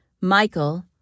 Michael